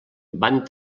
van